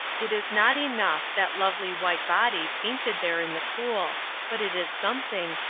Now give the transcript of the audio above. it is not enough that lovely white body painted there in the pool but it is something,